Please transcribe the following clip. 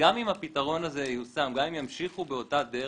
שגם אם הפתרון הזה ייושם, גם אם ימשיכו באותה דרך,